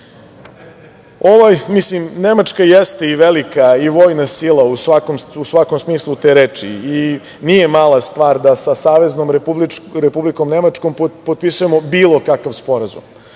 odbrane – Nemačka jeste velika i vojna sila u svakom smislu te reči i nije mala stvar da sa Saveznom Republikom Nemačkom potpisujemo bilo kakav sporazum.